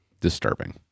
disturbing